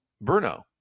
Bruno